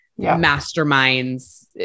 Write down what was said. masterminds